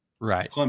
Right